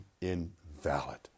invalid